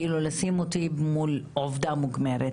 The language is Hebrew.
כאילו לשים אותי מול עובדה מוגמרת,